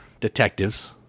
detectives